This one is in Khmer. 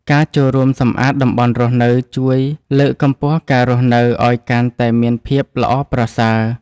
ការចូលរួមសម្អាតតំបន់រស់នៅជួយលើកកម្ពស់ការរស់នៅឲ្យកាន់តែមានភាពល្អប្រសើរ។